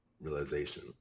realization